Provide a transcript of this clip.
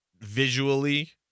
visually